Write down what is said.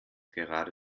gerade